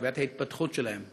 את חוויית ההתפתחות שלהם.